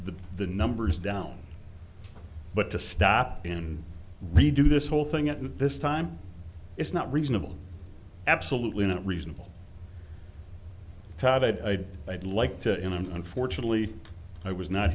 the numbers down but to stop and redo this whole thing at this time is not reasonable absolutely not reasonable tab i'd i'd like to him unfortunately i was not